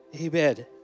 Amen